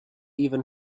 even